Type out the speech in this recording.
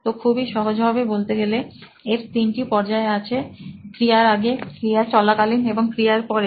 তো খুবই সহজ ভাবে বলতে গেলে এর তিনটি পর্যায় আছে ক্রিয়ার আগে ক্রিয়া চলাকালীন এবং ক্রিয়ার পরে